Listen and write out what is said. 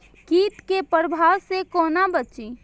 कीट के प्रभाव से कोना बचीं?